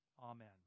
Amen